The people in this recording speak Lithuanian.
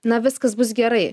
na viskas bus gerai